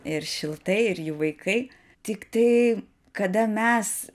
ir šiltai ir jų vaikai tik tai kada mes